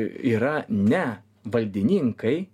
yra ne valdininkai